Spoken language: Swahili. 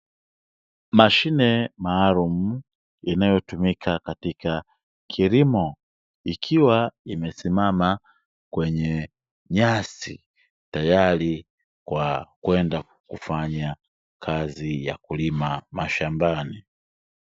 Mashine maalumu inayotumika katika kilimo, ikiwa imesimama kwenye nyasi, tayari kwa kwenda kufanya kazi ya kulima mashambani.